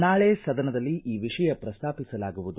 ನಾಳೆ ಸದನದಲ್ಲಿ ಈ ವಿಷಯ ಪ್ರಸ್ತಾಪಿಸಲಾಗುವುದು